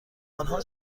آنها